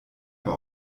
aber